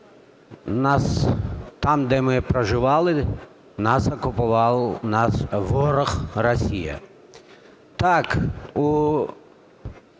там, де ми проживали, нас окупував наш ворог – Росія.